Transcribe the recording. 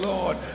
Lord